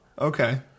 Okay